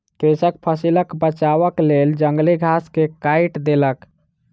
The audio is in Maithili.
कृषक फसिलक बचावक लेल जंगली घास के काइट देलक